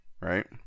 right